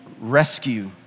rescue